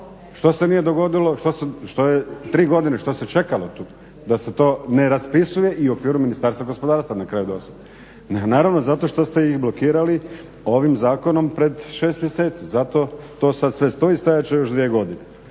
Što se nije dogodilo, što tri godine što se čekalo tu da se to ne raspisuje i u okviru Ministarstva gospodarstva na kraju …/Govornik se ne razumije./.. Naravno zato što ste ih blokirali ovim zakonom pred 6 mjeseci. Zato to sada sve stoji i stajati će još dvije godine